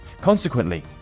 consequently